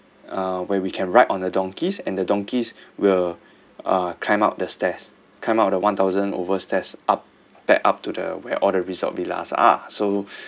uh where we can ride on a donkeys and the donkeys will uh climb up the stairs climb up the one thousand overs stairs up back up to the where all the resort villas are so